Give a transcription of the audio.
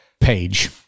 Page